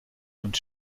und